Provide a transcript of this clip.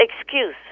excuse